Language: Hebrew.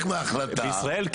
בישראל,